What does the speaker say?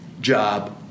job